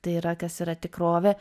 tai yra kas yra tikrovė